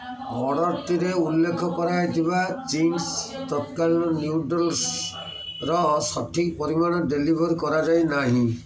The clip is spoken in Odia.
ଅର୍ଡ଼ର୍ଟିରେ ଉଲ୍ଲେଖ କରାଯାଇଥିବା ଚିଙ୍ଗ୍ସ୍ ତତ୍କାଳ ନୁଡଲ୍ସ୍ର ସଠିକ୍ ପରିମାଣ ଡେଲିଭର୍ କରାଯାଇ ନାହିଁ